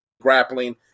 grappling